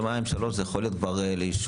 יומיים או שלושה זה יכול להיות כבר לאישור.